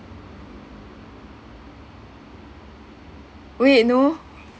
wait no